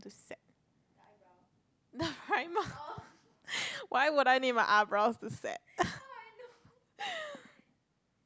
set the primer why would I need my eyebrows to set